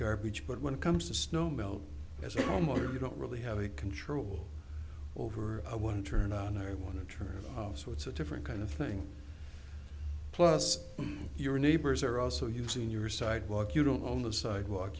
garbage but when it comes to snow melt as a homeowner you don't really have a control over i want to turn on i want to try so it's a different kind of thing plus your neighbors are also using your sidewalk you don't own the sidewalk